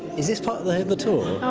is this part of the the tour?